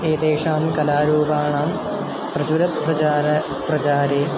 एतेषां कलारूपाणां प्रचुरप्रचार प्रचारे